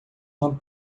uma